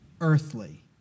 earthly